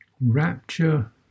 rapture